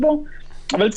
בוקר טוב, מה שלומך?